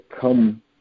come